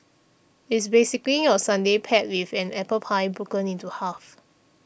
it's basically your sundae paired with an apple pie broken into half